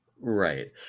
Right